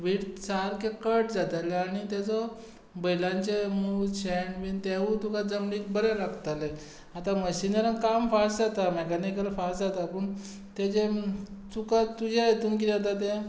वीट सारके कट जाताले आनी ताजो बैलांचें मूत शेण बीन तेवूय तुका जमनींत बरें लागतालें आतां मशिनरांक काम फास्ट जाता मॅकानिकल फास्ट जाता पूण ताजें चुकत तुज्या हितून किदें आतां तें